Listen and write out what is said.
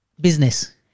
Business